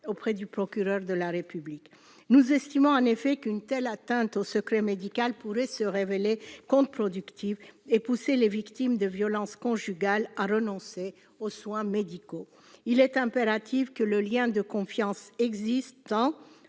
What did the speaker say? auprès du procureur de la République nous estimons en effet qu'une telle atteinte au secret médical pourrait se révéler contreproductive et pousser les victimes de violences conjugales à renoncer aux soins médicaux, il est impératif que le lien de confiance existant